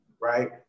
Right